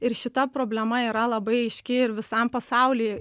ir šita problema yra labai aiški ir visam pasauly